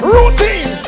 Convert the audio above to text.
Routine